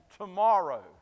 tomorrow